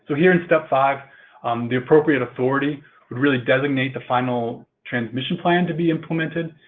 so here in step five um the appropriate authority would really designate the final transmission plan to be implemented.